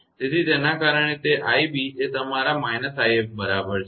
તેથી તેના કારણે તે 𝑖𝑏 એ તમારા −𝑖𝑓 બરાબર છે